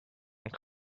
and